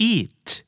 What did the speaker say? Eat